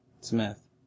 Smith